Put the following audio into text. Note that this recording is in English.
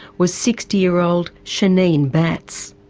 was sixty year old shaneen batts.